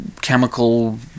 chemical